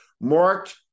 marked